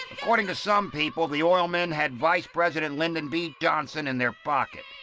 according to some people, the oilmen had vice president lyndon b johnson in their pocket.